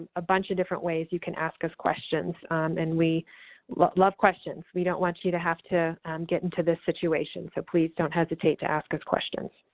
a bunch of different ways you can ask us questions and we love love questions. we don't want you to have to get into this situation so please don't hesitate to ask us questions.